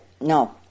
no